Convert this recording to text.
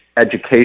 education